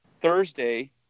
thursday